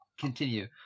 continue